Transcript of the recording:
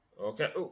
Okay